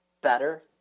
better